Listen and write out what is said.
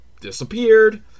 disappeared